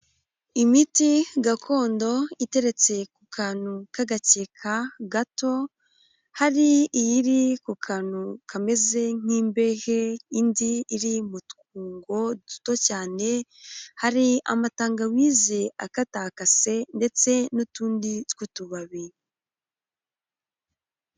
Imiti gakondo iteretse ku kantu k'agakeka gato, hari iyiri ku kantu kameze nk'imbehe, indi iri mu twungo duto cyane, hari amatangawize akatakase ndetse n'utundi tw'utubabi.